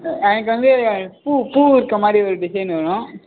எனக்கு வந்து பூ பூ இருக்க மாதிரி ஒரு டிசைன் வேணும்